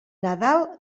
nadal